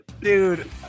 Dude